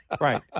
right